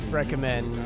recommend